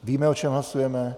Víme, o čem hlasujeme?